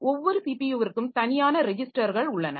ஒவ்வொரு ஸிபியுவிற்க்கும் தனியான ரெஜிஸ்டர்கள் உள்ளன